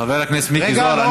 חבר הכנסת מיקי זוהר,